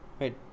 Wait